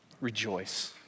Rejoice